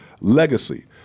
legacy